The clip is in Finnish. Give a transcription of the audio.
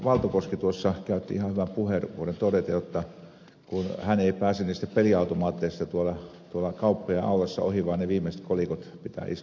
valto koski tuossa käytti ihan hyvän puheenvuoron todeten jotta hän ei pääse niistä peliautomaateista tuolla kauppojen aulassa ohi vaan ne viimeiset kolikot pitää iskeä niihin